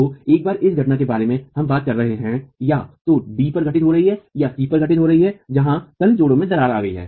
तो एक बार इस घटना के बारे में हम बात कर रहे हैं या तो d पर घटित हो रही है या c पर घटित हो रही है जहाँ तल के जोड़ों में दरार आ गई है